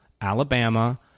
Alabama